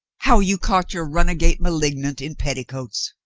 how you caught your runagate malignant in petticoats.